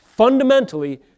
fundamentally